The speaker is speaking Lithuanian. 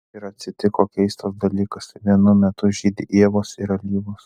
ir atsitiko keistas dalykas vienu metu žydi ievos ir alyvos